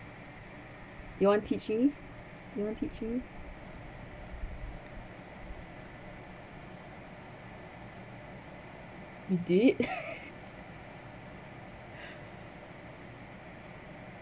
want teach me want teach me you did